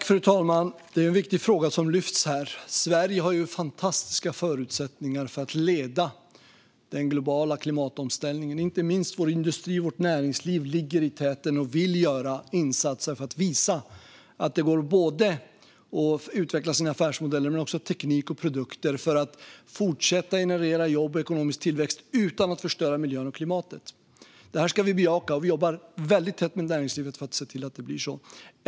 Fru talman! Det är en viktig fråga som lyfts upp här. Sverige har fantastiska förutsättningar att leda den globala klimatomställningen. Inte minst ligger vår industri och vårt näringsliv i täten och vill göra insatser för att visa att det både går att utveckla affärsmodeller, teknik och produkter och skapa jobb och ekonomisk tillväxt utan att förstöra miljö och klimat. Detta ska vi bejaka, och vi jobbar tätt med näringslivet för att se till att det blir så.